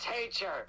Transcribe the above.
teacher